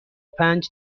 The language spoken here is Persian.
پنج